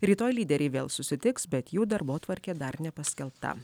rytoj lyderiai vėl susitiks bet jų darbotvarkė dar nepaskelbta